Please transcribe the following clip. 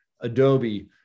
Adobe